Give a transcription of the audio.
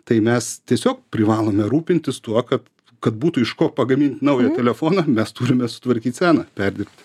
tai mes tiesiog privalome rūpintis tuo kad kad būtų iš ko pagamint naują telefoną mes turime sutvarkyt seną perdirbti